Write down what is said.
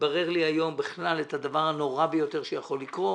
התברר לי היום הדבר הנורא ביותר שיכול לקרות,